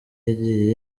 yagiye